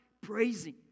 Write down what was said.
praising